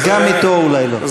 גם אתו אולי לא.